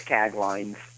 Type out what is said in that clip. taglines